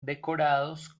decorados